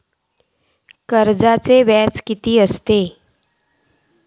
कर्जाचा व्याज कीती असता?